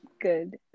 good